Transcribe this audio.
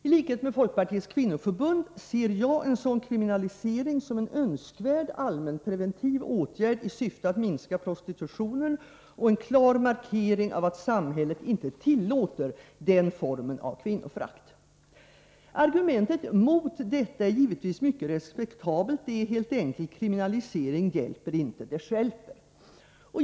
I likhet med Folkpartiets kvinnoför bund ser jag en sådan kriminalisering som en önskvärd, allmänpreventiv åtgärd i syfte att minska prostitutionen och som en klar markering av att samhället inte tillåter den formen av kvinnoförakt. Argumentet mot detta är givetvis mycket respektabelt. Argumentet är helt enkelt: Kriminalisering hjälper inte, det stjälper.